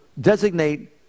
designate